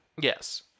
Yes